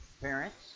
parents